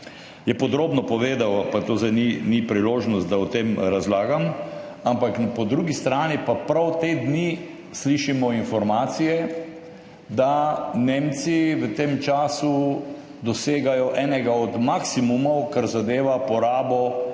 je podrobno povedal, pa to zdaj ni priložnost, da o tem razlagam, ampak po drugi strani pa prav te dni slišimo informacije, da Nemci v tem času dosegajo enega od maksimumov, kar zadeva porabo